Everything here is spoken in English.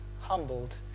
humbled